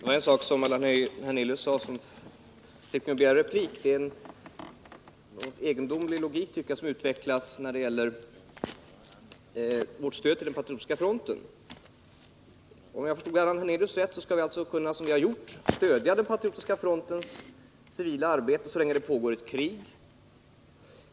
Fru talman! Allan Hernelius sade någonting som fick mig att begära replik. Han utvecklade en egendomlig logik när det gäller vårt stöd till Patriotiska fronten. Om jag förstod Allan Hernelius rätt skall vi också fortsättningsvis kunna stöjda Patriotiska frontens civila arbete så länge det pågår ett krig.